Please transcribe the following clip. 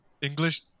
English